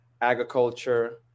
agriculture